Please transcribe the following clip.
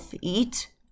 eat